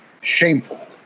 shameful